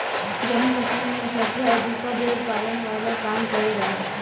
जम्मू कश्मीर में सबसे अधिका भेड़ पालन वाला काम कईल जाला